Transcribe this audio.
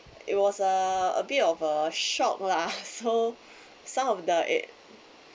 it was uh a bit of a shock lah so some of the uh